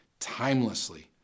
timelessly